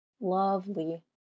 Lovely